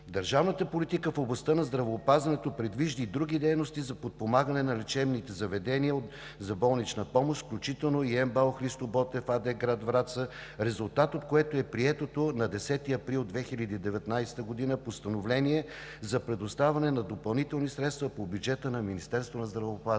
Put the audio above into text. Държавната политика в областта на здравеопазването предвижда и други дейности за подпомагане на лечебните заведения за болнична помощ, включително и МБАЛ „Христо Бонев“ АД – град Враца, резултат от което е приетото на 10 април 2019 г. Постановление за предоставяне на допълнителни средства по бюджета на Министерството на здравеопазването.